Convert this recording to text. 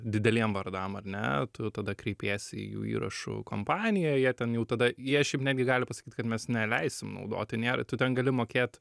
dideliem vardam ar ne tu tada kreipiesi į jų įrašų kompaniją jie ten jau tada jie šiaip netgi gali pasakyt kad mes neleisim naudoti nėra tu ten gali mokėt